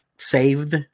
saved